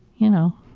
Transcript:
you know.